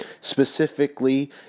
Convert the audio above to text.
specifically